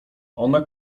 ona